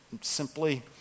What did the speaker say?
simply